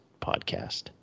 podcast